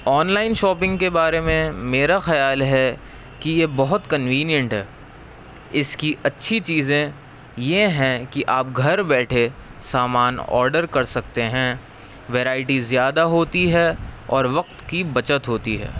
on line shopping کے بارے میں میرا خیال ہے کہ یہ بہت کنوینئینٹ ہے اس کی اچھی چیزیں یہ ہیں کہ آپ گھر بیٹھے سامان آڈر کر سکتے ہیں ورائٹی زیادہ ہوتی ہے اور وقت کی بچت ہوتی ہے